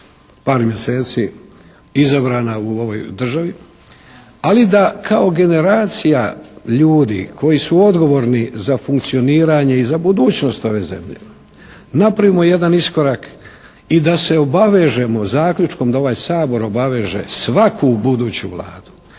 par mjeseci biti izabrana u ovoj državi, ali da kao generacija ljudi koji su odgovorni za funkcioniranje i za budućnost ove zemlje napravimo jedan iskorak i da se obavežemo zaključkom, da ovaj Sabor obaveže svaku buduću Vladu